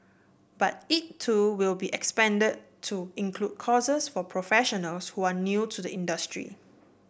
but it too will be expanded to include courses for professionals who are new to the industry